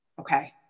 Okay